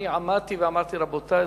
אני עמדתי ואמרתי: רבותי,